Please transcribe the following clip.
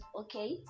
okay